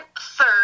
third